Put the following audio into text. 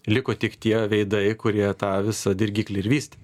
liko tik tie veidai kurie tą visą dirgiklį ir vystė